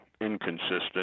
inconsistent